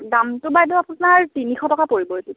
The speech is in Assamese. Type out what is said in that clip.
দামটো বাইদেউ আপোনাৰ তিনিশ টকা পৰিব এইটো